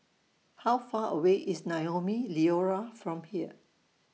How Far away IS Naumi Liora from here